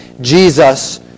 Jesus